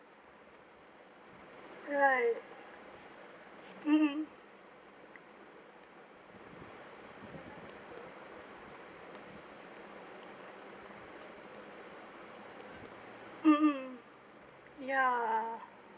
right mmhmm mmhmm ya